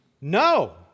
No